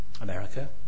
America